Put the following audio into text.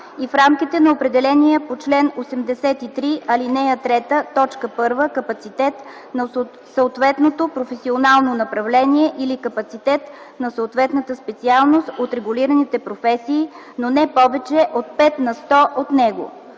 и в рамките на определения по чл. 83, ал. 3, т. 1 капацитет на съответното професионално направление или капацитет на съответната специалност от регулираните професии, но не повече от 5 на сто от него.